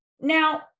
Now